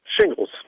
shingles